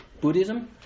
Buddhism